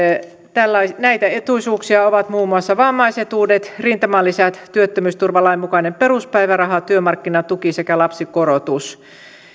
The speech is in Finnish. näitä etuisuuksia ovat muun muassa vammaisetuudet rintamalisät työttömyysturvalain mukainen peruspäiväraha työmarkkinatuki sekä lapsikorotus